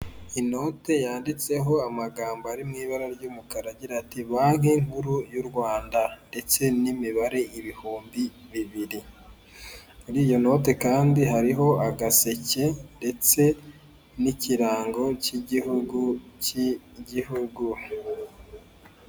Inote yanditseho amagambo ari mu ibara ry'umukara agira ati banki nkuru y'u Rwanda ndetse n'imibare ibihumbi bibiri muri note kandi hariho agaseke ndetse n'ikirango k'igihugu, k'igihugu.